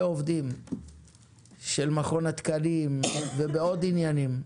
עובדים של מכון התקנים ובעוד עניינים,